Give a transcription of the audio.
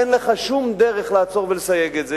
אין לך שום דרך לעצור ולסייג את זה.